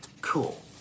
cool